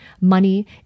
money